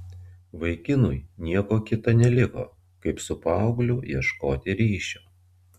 vaikinui nieko kita neliko kaip su paaugliu ieškoti ryšio